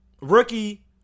rookie